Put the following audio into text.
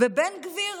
ובן גביר?